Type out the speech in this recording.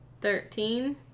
thirteen